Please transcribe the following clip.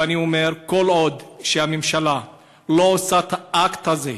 ואני אומר, כל עוד הממשלה לא עושה את האקט הזה,